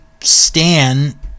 Stan